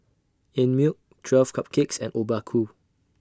Einmilk twelve Cupcakes and Obaku